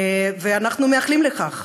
ואנחנו מייחלים לכך,